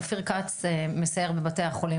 השר: אופיר כץ מסייר בבתי החולים,